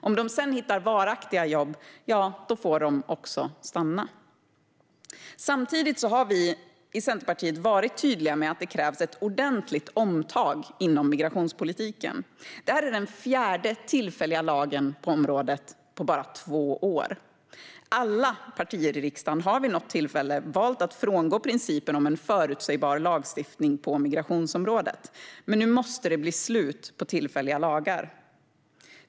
Om de sedan hittar varaktiga jobb får de också stanna. Samtidigt har vi i Centerpartiet varit tydliga med att det krävs ett ordentligt omtag inom migrationspolitiken. Detta är den fjärde tillfälliga lagen på området på bara två år. Alla partier i riksdagen har vid något tillfälle valt att frångå principen om en förutsägbar lagstiftning på migrationsområdet, men nu måste det bli slut på tillfälliga lagar.